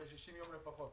שיהיה 60 יום לפחות.